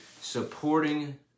supporting